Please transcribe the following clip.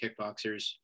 kickboxers